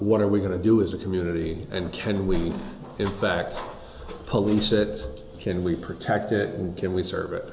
what are we going to do as a community and can we in fact police it can we protect it and can we serve it